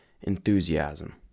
Enthusiasm